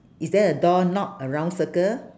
is there a door knob a round circle